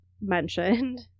mentioned